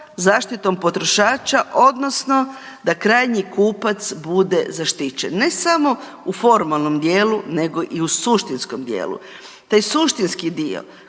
zaštitom potrošača odnosno da krajnji kupac bude zaštićen, ne samo u formalnom dijelu nego i u suštinskom dijelu. Taj suštinski dio